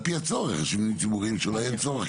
על פי הצורך יש מבנים ציבוריים שבהם אין צורך,